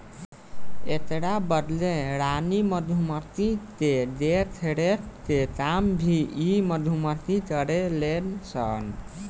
एकरा बदले रानी मधुमक्खी के देखरेख के काम भी इ मधुमक्खी करेले सन